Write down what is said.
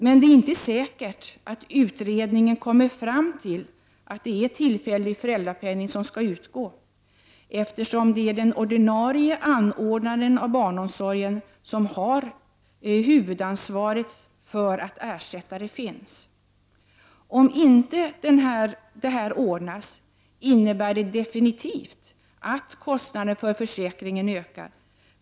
Men det är inte säkert att utredningen kommer fram till att det är tillfällig föräldrapenning som skall utgå, eftersom det är den ordinarie anordnaren av barnomsorgen som har huvudansvaret för att det finns ersättare. Om inte det här ordnas, innebär det definitivt att kostnaderna för försäkringen ökar.